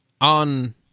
on